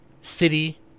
city